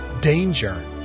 danger